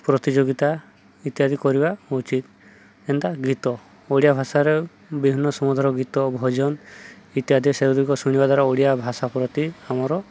ପ୍ରତିଯୋଗିତା ଇତ୍ୟାଦି କରିବା ଉଚିତ୍ ଏନ୍ତା ଗୀତ ଓଡ଼ିଆ ଭାଷାରେ ବିଭିନ୍ନ ସମୁଧର ଗୀତ ଭଜନ ଇତ୍ୟାଦି ସେଗୁଡ଼ିକ ଶୁଣିବା ଦ୍ୱାରା ଓଡ଼ିଆ ଭାଷା ପ୍ରତି ଆମର